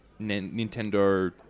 Nintendo